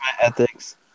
ethics